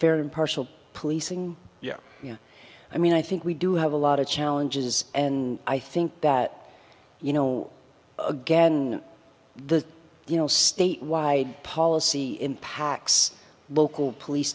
fair impartial policing yeah you know i mean i think we do have a lot of challenges and i think that you know again the you know statewide policy impacts local police